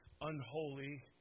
unholy